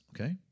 okay